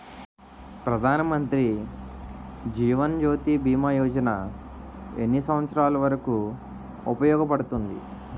ప్రధాన్ మంత్రి జీవన్ జ్యోతి భీమా యోజన ఎన్ని సంవత్సారాలు వరకు ఉపయోగపడుతుంది?